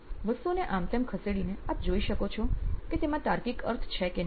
વસ્તુઓને આમતેમ ખસેડીને આપ જોઈ શકો છો કે તેમાં તાર્કિક અર્થ છે કે નહિ